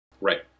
Right